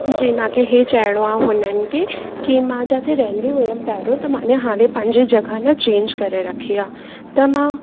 जी मूंखे इहो चविणो आहे हुननि खे कि मां जिते रहंदी हुअमि पहिरियों त मां ने हाणे पंहिंजी जॻह न चेंज करे रखी आहे त मां